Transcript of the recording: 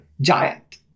giant